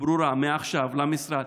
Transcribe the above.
ברורה מעכשיו למשרד,